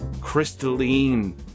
crystalline